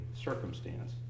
circumstance